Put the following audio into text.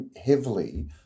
heavily